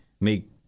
make